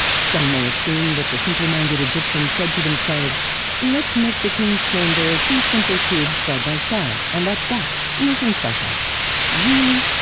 some may assume that the simple-minded egyptians said to themselves let's make the king's chamber is two simple cubes side by side, and that's that. nothing special really?